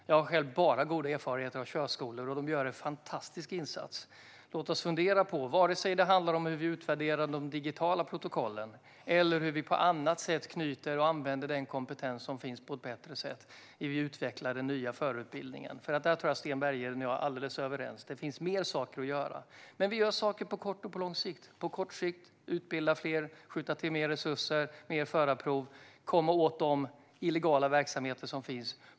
Jag har själv bara goda erfarenheter av körskolor, och de gör en fantastisk insats. Låt oss fundera på detta, oavsett om det handlar om hur vi utvärderar de digitala protokollen eller hur vi på annat sätt knyter till oss och använder den kompetens som finns på ett bättre sätt när vi utvecklar den nya förarutbildningen. Där tror jag nämligen att Sten Bergheden och jag är alldeles överens om att det finns mer saker att göra. Vi gör dock saker på kort sikt och på lång sikt. På kort sikt handlar det om att utbilda fler, skjuta till mer resurser, få fler förarprov och komma åt de illegala verksamheter som finns.